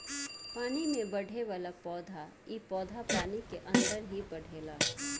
पानी में बढ़ेवाला पौधा इ पौधा पानी के अंदर ही बढ़ेला